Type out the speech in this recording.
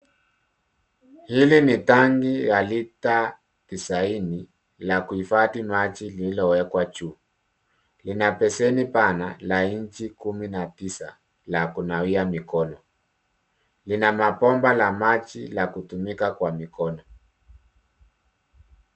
Hili ni tangi ya lita tisaini la kuhifadhi maji, lililowekwa juu. Lina beseni pana la inchi kumi na tisa la kunawia mikono. Lina mabomba la maji la kutumika mikono.